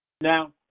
now